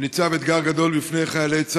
כשניצב אתגר גדול בפני חיילי צה"ל: